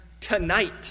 tonight